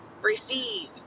receive